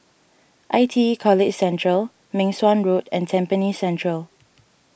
I T E College Central Meng Suan Road and Tampines Central